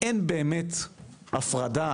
אין באמת הפרדה